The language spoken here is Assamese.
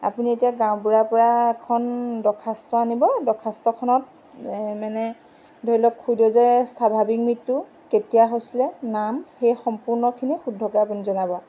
আপুনি এতিয়া গাঁওবুঢ়াৰ পৰা এখন দৰ্খাস্ত আনিব দৰ্খাস্তখনত মানে ধৰি লওক খুড়ীদেউৰ যে স্বাভাৱিক মৃত্যু কেতিয়া হৈছিলে নাম সেই সম্পূৰ্ণখিনি শুদ্ধকৈ আপুনি জনাব